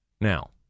Now